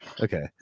okay